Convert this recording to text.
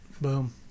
Boom